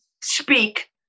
speak